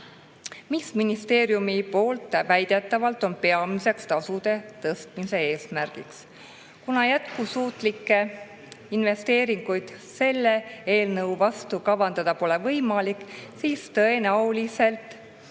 mis ministeeriumi poolt on väidetavalt peamine tasude tõstmise eesmärk. Kuna jätkusuutlikke investeeringuid selle eelnõu [taustal] kavandada pole võimalik, siis tõenäoliselt